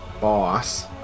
boss